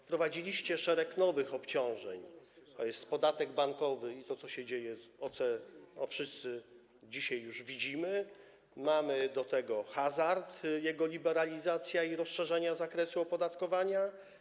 Wprowadziliście szereg nowych obciążeń, tj. podatek bankowy, to co dzieje się z OC, to wszyscy dzisiaj już widzimy, mamy do tego hazard - jego liberalizacja i rozszerzenie zakresu opodatkowania.